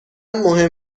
مهم